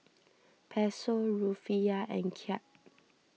Peso Rufiyaa and Kyat